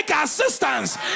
assistance